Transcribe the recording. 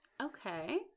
Okay